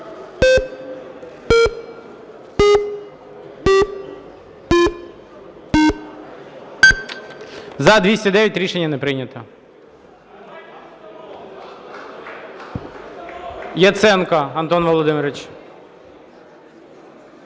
За-69 Рішення не прийнято.